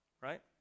Right